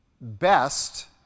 best